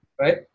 right